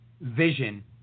vision